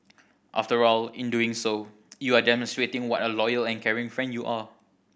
after all in doing so you are demonstrating what a loyal and caring friend you are